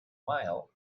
mile